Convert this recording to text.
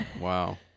Wow